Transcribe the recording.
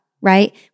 right